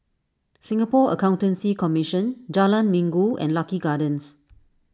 Singapore Accountancy Commission Jalan Minggu and Lucky Gardens